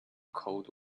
cold